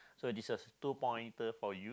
so this is a two pointer for you